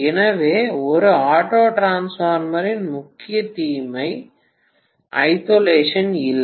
எனவே ஒரு ஆட்டோ டிரான்ஸ்பார்மரின் முக்கிய தீமை ஐசோலேஷன் இல்லை